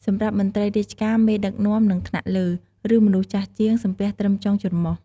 សម្រាប់មន្រ្តីរាជការ មេដឹកនាំ និងថ្នាក់លើ ឬមនុស្សចាស់ជាង សំពះត្រឹមចុងច្រមុះ។